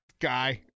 guy